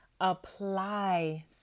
apply